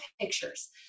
pictures